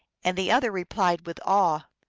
and the other replied with awe,